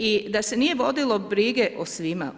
I da se nije vodilo brige o svima.